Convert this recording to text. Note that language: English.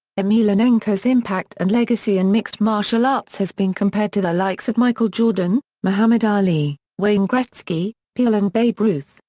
emelianenko's impact and legacy in mixed martial arts has been compared to the likes of michael jordan, muhammad ali, wayne gretzky, pele and babe ruth,